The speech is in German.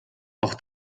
auch